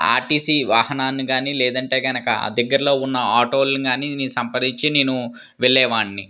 RTC వాహనాన్ని కానీ లేదంటే కనుక ఆ దగ్గరలో ఉన్న ఆటోలని కానీ సంప్రదించి నేను వెళ్ళే వాడిని